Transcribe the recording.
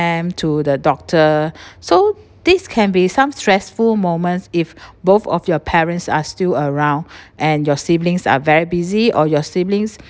them to the doctor so this can be some stressful moments if both of your parents are still around and your siblings are very busy or your siblings